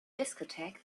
discotheque